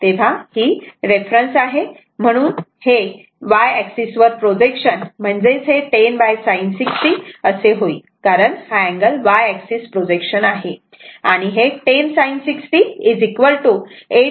तेव्हा ही रेफरन्स आहे म्हणून हे y एक्सिस वर प्रोजेक्शन म्हणजेच हे 10 sin 60 असे होईल कारण हा अँगल y एक्सिस प्रोजेक्शन आहे आणि हे 10 sin 60 8